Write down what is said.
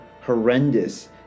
horrendous